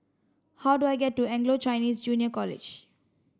how do I get to Anglo Chinese Junior College